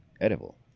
edible